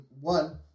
one